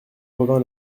brevin